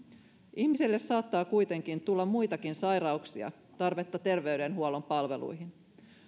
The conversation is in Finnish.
ihmiselle saattaa kuitenkin tulla muitakin sairauksia tarvetta terveydenhuollon palveluihin